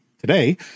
today